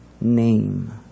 name